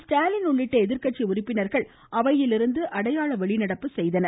ஸ்டாலின் உள்ளிட்ட எதிர்கட்சி உறுப்பினர்கள் அவையிலிருந்து அடையாள வெளிநடப்பு செய்தனர்